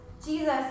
Jesus